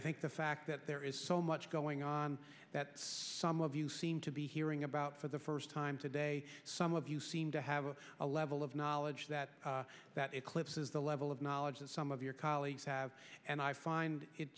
think the fact that there is so much going on that some of you seem to be hearing about for the first time today some of you seem to have a level of knowledge that that eclipses the level of knowledge that some of your colleagues have and i find it